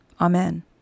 Amen